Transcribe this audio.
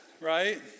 Right